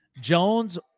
jones